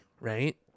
right